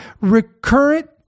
recurrent